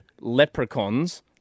Leprechauns